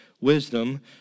wisdom